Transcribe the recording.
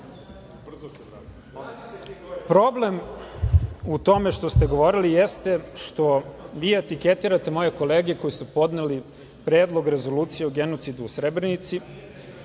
problem u tome što ste govorili jeste što vi etiketirate moje kolege koji su podneli Predlog rezolucije o genocidu u Srebrenici,